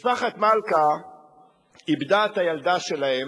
משפחת מלכה איבדה את הילדה שלהם,